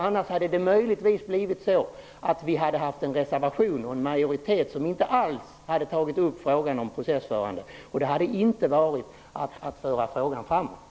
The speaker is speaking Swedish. Annars hade det möjligtvis blivit så att vi hade haft en reservation och en majoritet som inte alls hade tagit upp frågan om en processförande roll. Det hade inte varit att föra frågan framåt.